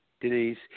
Denise